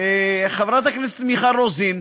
חברת הכנסת מיכל רוזין,